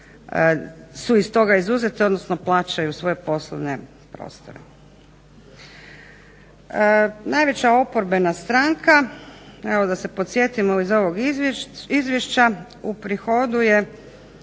su iz toga izuzete, odnosno plaćaju svoje poslovne prostore. Najveća oporbena stranka, evo da se podsjetimo iz ovog izvješća, uprihoduje